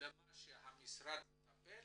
למה שהמשרד מטפל,